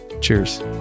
cheers